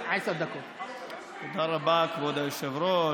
תודה, כבוד היושב-ראש.